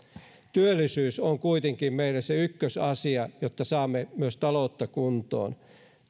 työllisyys on kuitenkin meille se ykkösasia jotta saamme myös taloutta kuntoon